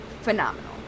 phenomenal